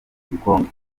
gikombe